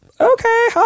okay